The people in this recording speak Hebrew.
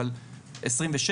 אבל 27%,